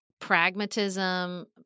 pragmatism